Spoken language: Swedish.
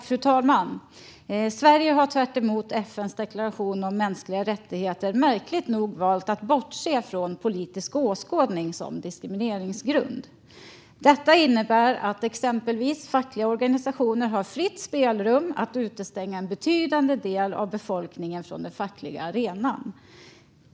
Fru talman! Sverige har tvärtemot FN:s deklaration om mänskliga rättigheter märkligt nog valt att bortse från politisk åskådning som diskrimineringsgrund. Detta innebär att exempelvis fackliga organisationer har fritt spelrum att utestänga en betydande del av befolkningen från den fackliga arenan.